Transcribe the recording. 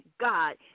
God